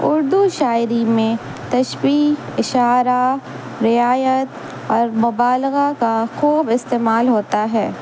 اردو شاعری میں تشبیہ اشارہ رعایت اور مبالغہ کا خوب استعمال ہوتا ہے